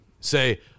say –